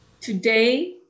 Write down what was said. today